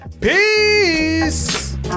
peace